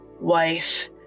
wife